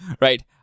right